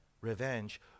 revenge